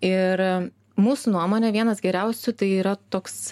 ir mūsų nuomone vienas geriausių tai yra toks